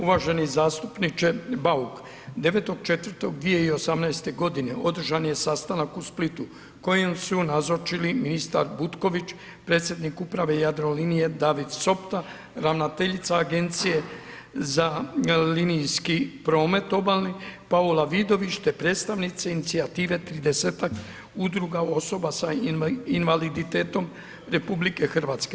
Uvaženi zastupniče Bauk, 9.4.2018. g. održan je sastanak u Splitu kojem su nazočili ministar Butković, predsjednik Uprave Jadrolinije David Sopta, ravnateljica Agencije za linijski promet obalni Paula Vidović te predstavnici inicijative, 30-ak udruga osoba sa invaliditetom RH.